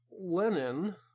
Lenin